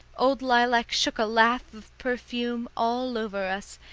old lilac shook a laugh of perfume all over us,